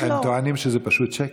אבל הם טוענים שזה פשוט שקר.